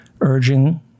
urging